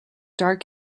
dark